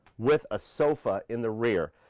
with a sofa in the rear.